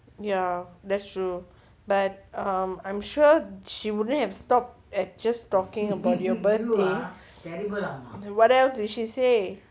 ya that's true but um I'm sure she wouldn't have stopped at just talking about your birthday what else did she say